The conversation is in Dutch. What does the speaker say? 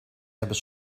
hebben